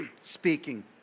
speaking